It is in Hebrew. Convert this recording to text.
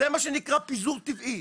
זה מה שנקרא פיזור טבעי,